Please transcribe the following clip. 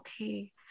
okay